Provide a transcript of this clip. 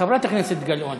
חברת הכנסת גלאון,